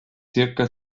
zirka